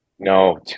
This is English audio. No